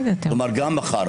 גם מחר,